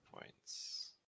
points